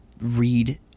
read